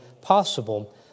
possible